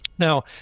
Now